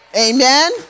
Amen